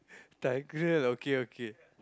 Tigreal okay okay